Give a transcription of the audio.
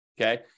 okay